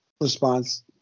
response